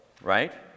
Right